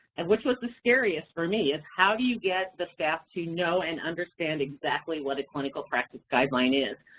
and which was the scariest for me, it's how do you get the staff to know and understand exactly what a clinical practice guideline is.